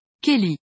Kelly